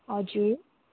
हजुर